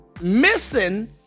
missing